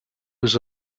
was